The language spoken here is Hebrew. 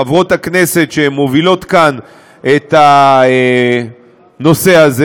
חברות הכנסת שמובילות כאן את הנושא הזה: